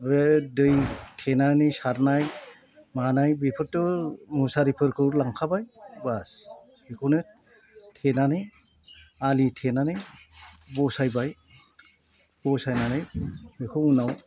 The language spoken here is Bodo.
ओमफ्राय दै थेनानै सारनाय मानाय बेफोरथ' मुसारिफोरखौ लांखाबाय बास बेखौनो थेनानै आलि थेनानै बसायबाय बसायनानै बेखौ उनाव